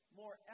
more